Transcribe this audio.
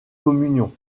communion